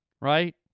Right